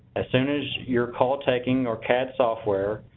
as soon as your call taking or cat software,